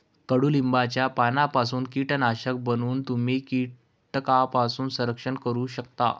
कडुलिंबाच्या पानांपासून कीटकनाशक बनवून तुम्ही कीटकांपासून संरक्षण करू शकता